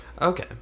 Okay